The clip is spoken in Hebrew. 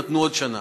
נתנו עוד שנה.